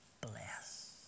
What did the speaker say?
bless